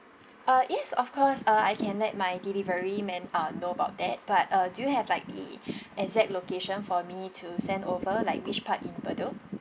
uh yes of course uh I can let my delivery man uh know about that but uh do you have like the exact location for me to send over like which part in bedok